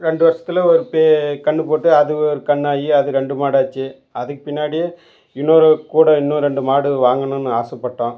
ரெண்டு வருஷத்தில் ஒரு பெ கன்று போட்டு அது ஒரு கன்றாகி அது ரெண்டு மாடு ஆச்சு அதுக்குப் பின்னாடி இன்னொரு கூட இன்னும் ரெண்டு மாடு வாங்கணும்ன்னு ஆசைப்பட்டோம்